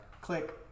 Click